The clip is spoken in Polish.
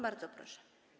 Bardzo proszę.